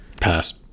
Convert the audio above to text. Pass